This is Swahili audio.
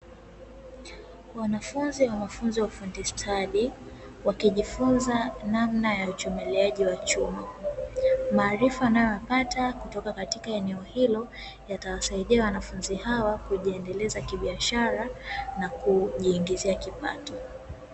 Wanafunzi wa mafunzo ya ufundi stadi, wakijifunza namna ya uchomeleaji wa chuma, maarifa wanayoyapata kutoka eneo hilo yatawasaidia wanafunzi hawa kujiendeleza kibiashara na kujiingizia kipato.